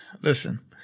Listen